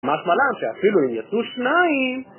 משמע לאן שאפילו אם יצאו שניים